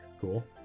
Cool